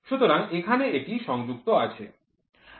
সুতরাং এখানে এটি সংযুক্ত আছে